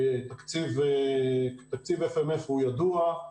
תקציב FMF והוא ידוע,